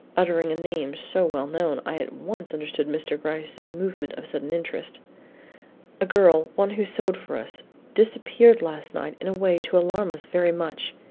uttering a name so well known, i at once understood mr. gryce's movement of sudden interest a girl one who sewed for us disappeared last night in a way to alarm us very much.